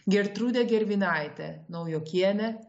gertrūda germinaitė naujokienė